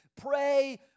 pray